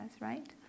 right